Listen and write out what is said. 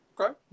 Okay